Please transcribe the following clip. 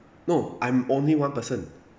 no I'm only one person